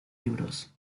libros